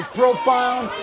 profile